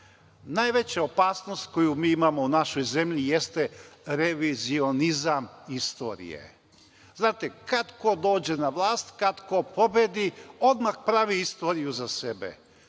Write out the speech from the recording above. najveću opasnost koju mi imamo u našoj zemlji jeste revizionizam istorije. Znate, kad ko dođe na vlast, kad ko pobedi, odmah pravi istoriju za sebe.